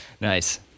Nice